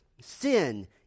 Sin